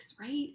right